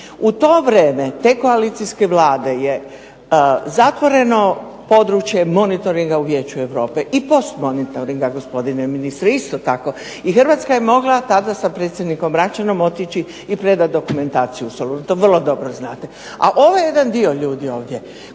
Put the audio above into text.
U to vrijeme te koalicijske Vlade je zatvoreno područje monitoringa u Vijeću Europe i postmonitoringa, gospodine ministre, isto tako. I Hrvatska je mogla tada sa predsjednikom Račanom otići i predati dokumentaciju u Solun i to vrlo dobro znate. A ovaj jedan dio ljudi ovdje